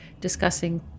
discussing